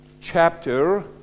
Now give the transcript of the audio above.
chapter